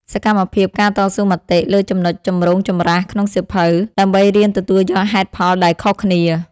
សកម្មភាព ការតស៊ូមតិ លើចំណុចចម្រូងចម្រាសក្នុងសៀវភៅ ដើម្បីរៀនទទួលយកហេតុផលដែលខុសគ្នា។